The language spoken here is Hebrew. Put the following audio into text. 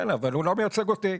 כן, אבל הוא לא מייצג אותי.